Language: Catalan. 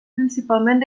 principalment